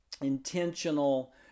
intentional